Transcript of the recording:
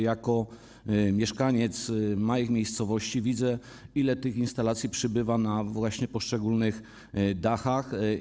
Jako mieszkaniec jednej z małych miejscowości widzę, ile tych instalacji przybywa właśnie na poszczególnych dachach.